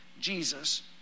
Jesus